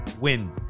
win